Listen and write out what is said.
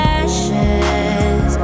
ashes